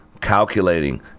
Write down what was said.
calculating